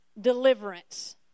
deliverance